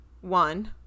one